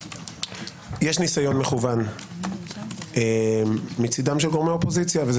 יש ניסיון מכוון מצדם של גורמי אופוזיציה וזה